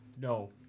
No